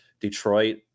detroit